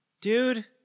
Dude